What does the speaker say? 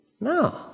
No